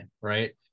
right